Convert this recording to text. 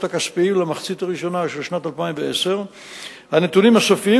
הכספיים למחצית הראשונה של שנת 2010. הנתונים הסופיים